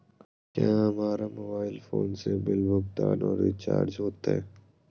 क्या हमारा mobile phone से बिल भुगतान और रिचार्ज होते?